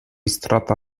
strata